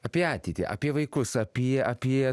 apie ateitį apie vaikus apie apie